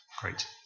Great